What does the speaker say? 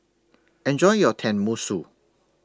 Enjoy your Tenmusu